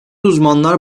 uzmanlar